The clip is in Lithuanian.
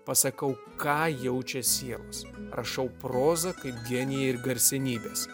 pasakau ką jaučia sielos rašau prozą kaip genijai ir garsenybės